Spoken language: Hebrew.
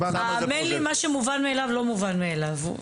האמן לי, מה שמובן מאליו הוא לא מובן מאליו.